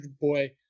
boy